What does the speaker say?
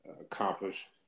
accomplished